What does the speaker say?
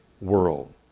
world